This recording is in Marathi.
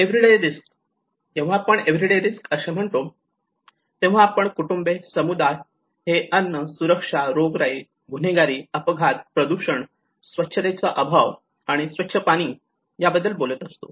एव्हरीडे रिस्क जेव्हा आपण एव्हरीडे रिस्क असे म्हणतो तेव्हा आपण कुटुंबे आणि समुदाय हे अन्न असुरक्षितता रोगराई गुन्हेगारी अपघात प्रदुषण स्वच्छतेचा अभाव आणि स्वच्छ पाणी याबद्दल बोलत असतो